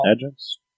adjuncts